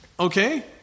Okay